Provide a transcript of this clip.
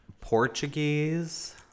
Portuguese